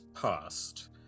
past